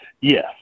Yes